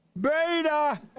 Beta